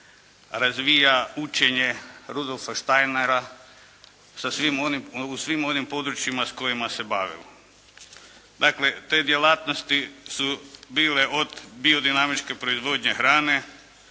razvija učenje Rudolfa Štajnera u svim onim područjima s kojima se bavilo. Dakle, te djelatnosti su bile od biodinamičke proizvodnje hrane,